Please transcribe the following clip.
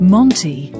Monty